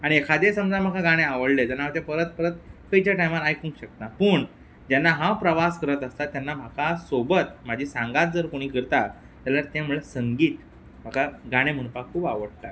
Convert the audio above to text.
आनी एखादी समजा म्हाका गाणें आवडलें जाल्यार हांव तें परत परत खंयच्या टायमार आयकूंक शकता पूण जेन्ना हांव प्रवास करत आसता तेन्ना म्हाका सोबत म्हजी सांगात जर कोणी करता जाल्यार ते म्हणटा संगीत म्हाका गाणीं म्हणपाक खूब आवडटा